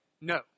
No